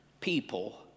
people